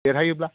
देरहायोब्ला